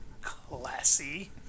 classy